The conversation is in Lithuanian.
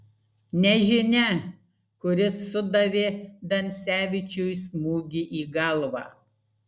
nežinia kuris sudavė dansevičiui smūgį į galvą